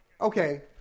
okay